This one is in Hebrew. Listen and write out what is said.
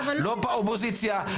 לא באופוזיציה,